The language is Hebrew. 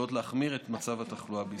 שיכולות להחמיר את מצב התחלואה בישראל.